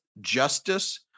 Justice